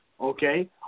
okay